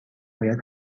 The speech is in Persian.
باید